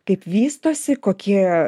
kaip vystosi kokie